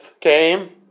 came